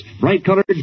Bright-colored